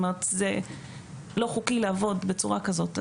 זאת אומרת זה לא חוקי לעבוד בצורה כזאת.